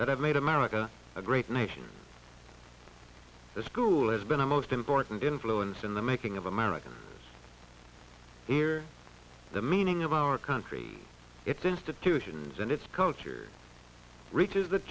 that have made america a great nation the school has been a most important influence in the making of america here the meaning of our country its institutions and its culture reaches th